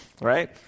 right